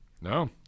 No